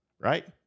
Right